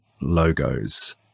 logos